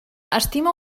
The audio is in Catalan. estima